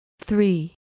three